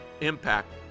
impact